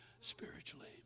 spiritually